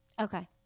Okay